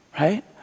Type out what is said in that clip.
right